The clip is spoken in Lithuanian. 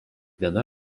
viena